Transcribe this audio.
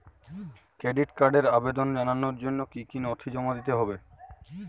Credit কার্ডের আবেদন জানানোর জন্য কী কী নথি জমা দিতে হবে?